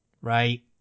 right